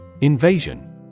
Invasion